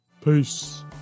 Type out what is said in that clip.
Peace